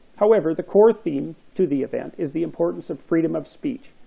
however, the core theme to the event is the importance of freedom of speech,